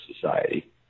Society